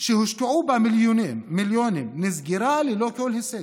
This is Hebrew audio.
והושקעו בה מיליונים, נסגרה ללא כל הישג,